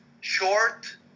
short